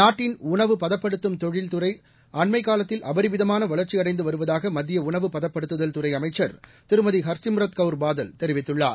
நாட்டின் உணவு பதப்படுத்தும் தொழில்துறை அண்மைக் காலத்தில் அபரிமிதமான வளர்ச்சி அடைந்து வருவதாக மத்திய உணவு பதப்படுத்துதல் துறை அமைச்சர் திருமதி ஹர்சிம்ரத் கவுர் பாதல் தெரிவித்துள்ளார்